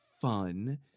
fun